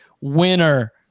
winner